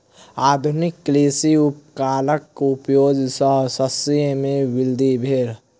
आधुनिक कृषि उपकरणक उपयोग सॅ शस्य मे वृद्धि भेल